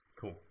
cool